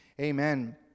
Amen